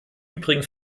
übrigen